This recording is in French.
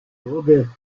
robert